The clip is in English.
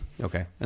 Okay